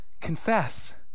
confess